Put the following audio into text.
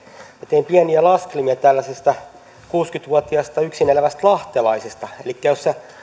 tein pieniä laskelmia tällaisesta kuusikymmentä vuotiaasta yksin elävästä lahtelaisesta elikkä jos se